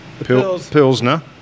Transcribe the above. Pilsner